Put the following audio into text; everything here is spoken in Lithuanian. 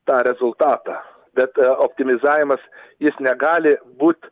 tą rezultatą bet a optimizavimas jis negali būt